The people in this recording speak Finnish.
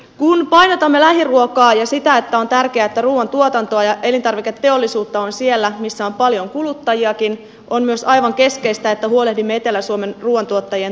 kun painotamme lähiruokaa ja sitä että on tärkeää että ruuantuotantoa ja elintarviketeollisuutta on siellä missä on paljon kuluttajiakin on myös aivan keskeistä että huolehdimme etelä suomen ruuantuottajien toimintaedellytyksistä